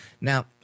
Now